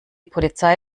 polizei